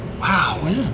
Wow